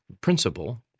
principle